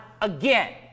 again